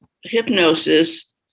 hypnosis